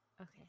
Okay